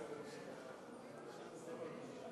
שלושה